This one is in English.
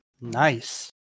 nice